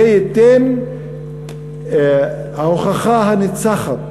זה ייתן הוכחה ניצחת